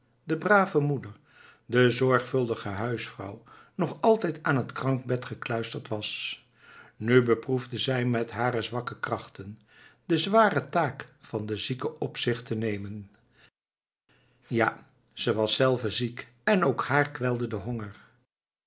de brave moeder de zorgvuldige huisvrouw nog altijd aan het krankbed gekluisterd was nu beproefde zij met hare zwakke krachten de zware taak van de zieke op zich te nemen ja ze was zelve ziek en ook haar kwelde de honger